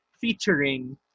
featuring